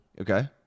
Okay